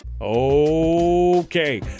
Okay